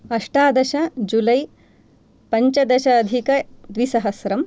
अष्टादश जुलै पञ्चदश अधिकद्विसहस्रम्